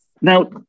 Now